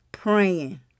Praying